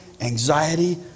anxiety